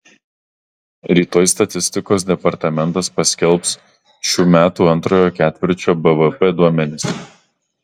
rytoj statistikos departamentas paskelbs šių metų antrojo ketvirčio bvp duomenis